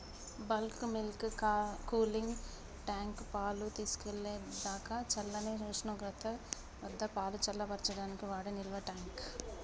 bulk milk cooling tank, పాలు తీసుకెళ్ళేదాకా చల్లని ఉష్ణోగ్రత వద్దపాలు చల్లబర్చడానికి వాడే నిల్వట్యాంక్